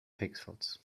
pixels